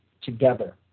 together